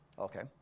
Okay